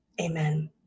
Amen